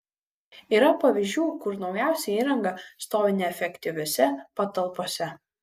yra pavyzdžių kur naujausia įranga stovi neefektyviose patalpose